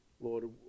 Lord